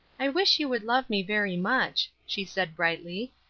i wish you would love me very much, she said, brightly.